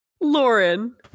Lauren